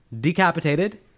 Decapitated